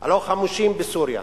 הלא-חמושים בסוריה.